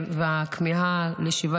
אם אפשר רק לעדכן את השעון.